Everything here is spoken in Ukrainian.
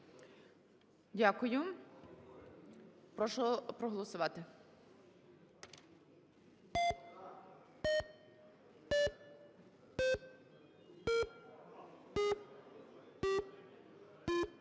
Дякую. Прошу проголосувати.